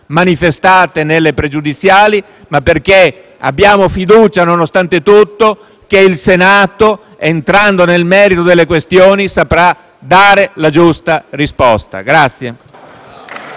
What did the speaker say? manifestate nelle pregiudiziali stesse, ma perché abbiamo fiducia, nonostante tutto, che il Senato, entrando nel merito delle questioni, saprà dare la giusta risposta.